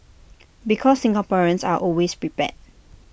because Singaporeans are always prepared